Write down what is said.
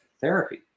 therapy